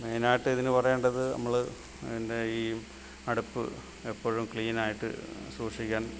മെയിനായിട്ട് ഇതിന് പറയേണ്ടത് നമ്മൾ അതിൻ്റെ ഈ അടുപ്പ് എപ്പോഴും ക്ലീനായിട്ട് സൂക്ഷിക്കാൻ